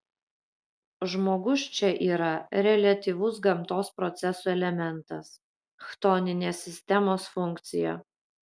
žmogus čia yra reliatyvus gamtos procesų elementas chtoninės sistemos funkcija